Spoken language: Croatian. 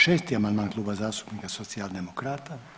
66. amandman Kluba zastupnika Socijaldemokrata.